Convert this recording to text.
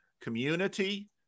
community